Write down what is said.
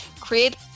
Create